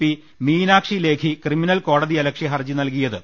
P Meenakshi Lekhi criminal കോടതിയലക്ഷ്യ ഹർജി നൽകിയത്